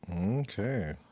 okay